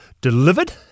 Delivered